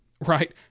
right